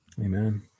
Amen